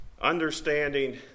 Understanding